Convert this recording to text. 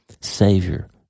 Savior